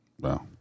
Wow